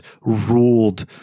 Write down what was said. ruled